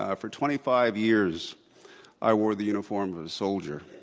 ah for twenty five years i wore the uniform of a soldier,